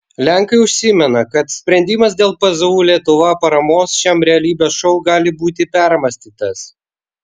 lenkai užsimena kad sprendimas dėl pzu lietuva paramos šiam realybės šou gali būti permąstytas